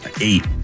eight